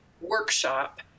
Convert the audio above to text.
workshop